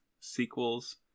sequels